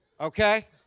Okay